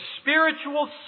spiritual